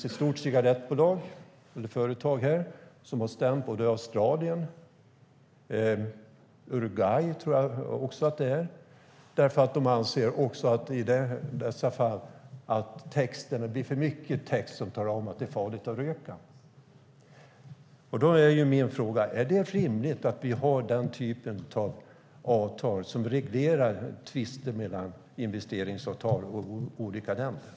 Ett stort cigarettföretag här har stämt både Australien och även Uruguay, tror jag, därför att de anser att det i dessa fall blir för mycket text som talar om att det är farligt att röka. Då är min fråga: Är det rimligt att vi har den typen av avtal som reglerar tvister i fråga om investeringsavtal mellan olika länder?